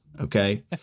okay